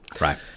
right